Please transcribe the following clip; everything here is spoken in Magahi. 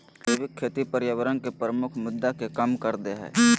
जैविक खेती पर्यावरण के प्रमुख मुद्दा के कम कर देय हइ